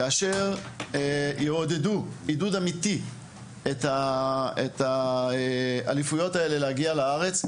וכאשר יעודדו עידוד אמיתי את האליפויות האלה להגיע לארץ.